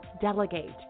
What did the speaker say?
delegate